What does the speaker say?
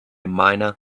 mina